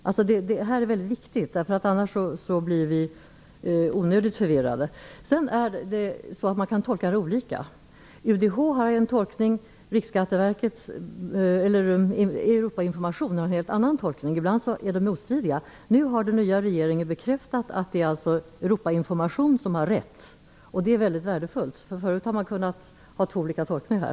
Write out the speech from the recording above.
Det här är väldigt viktigt, därför att annars blir vi onödigt förvirrade. Man kan göra olika tolkning. UDH har en tolkning. I Riksskatteverkets Europainformation gör man en helt annan tolkning. Ibland är tolkningarna motstridiga. Nu har den nya regeringen bekräftat att det är Europainformation som gör den rätta tolkningen. Det är värdefullt. Tidigare var det två helt olika tolkningar.